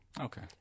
Okay